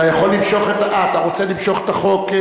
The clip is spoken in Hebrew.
אתה רוצה למשוך את החוק?